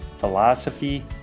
philosophy